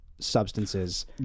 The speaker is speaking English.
substances